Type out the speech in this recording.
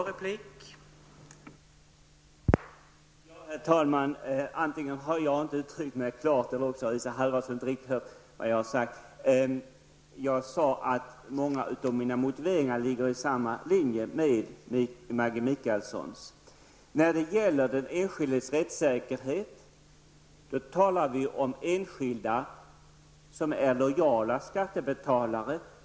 Herr talman! Antingen har jag inte uttryckt mig klart eller också har Isa Halvarsson inte riktigt hört vad jag har sagt. Jag sade att många av mina motiveringar ligger i samma linje som Maggi Mikaelssons. När det gäller den enskildes rättssäkerhet talar vi om enskilda som är lojala skattebetalare.